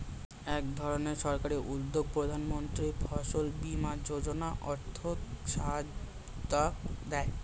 একধরনের সরকারি উদ্যোগ প্রধানমন্ত্রী ফসল বীমা যোজনা আর্থিক সহায়তা দেয়